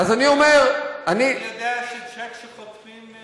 אני יודע שצ'ק שחותמים,